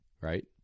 Right